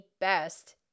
best